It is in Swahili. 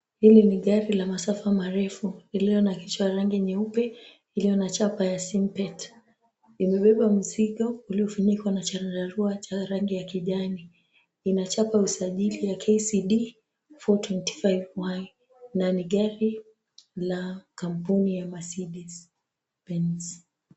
Hili ni gari ya masafa marefu iliyo na kichwa ya rangi nyeupe, iliyo na chapa ya simpet. Imebeba mzigo uliofunikwa na chandarua cha rangi ya kijani. Ina chapa ya usajili ya KCD 425 Y na ni gari la kampuni ya Mercedes Benz.